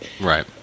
right